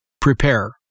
prepare